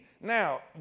Now